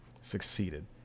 succeeded